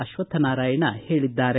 ಅಶ್ವಥನಾರಾಯಣ ಹೇಳಿದ್ದಾರೆ